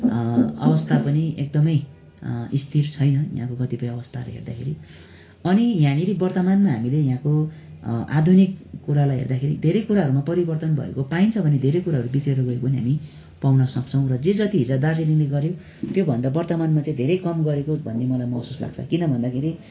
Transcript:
अवस्था पनि एकदमै स्थिर छैन यहाँको कतिपय अवस्थाहरू हेर्दाखेरि अनि यहाँनिर वर्तमानमा हामीले यहाँको आधुनिक कुरालाई हेर्दाखेरि धेरै कुराहरूमा परिवर्तन भएको पाइन्छ भने धेरै कुराहरू बिग्रेर गएको पनि हामी पाउन सक्छौँ र जे जति हिजो दार्जिलिङले गऱ्यो त्योभन्दा वर्तमानमा चाहिँ धेरै कम गरेको भन्ने मलाई महसुस लाग्छ किन भन्दाखेरि